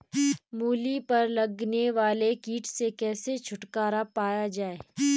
मूली पर लगने वाले कीट से कैसे छुटकारा पाया जाये?